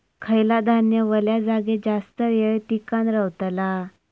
खयला धान्य वल्या जागेत जास्त येळ टिकान रवतला?